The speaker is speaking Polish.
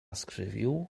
skrzywił